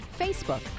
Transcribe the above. Facebook